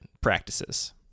practices